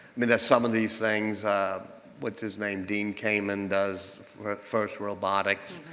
mean, there's some of these things what's his name dean cayman does for first robotics.